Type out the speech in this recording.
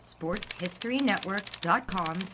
Sportshistorynetwork.com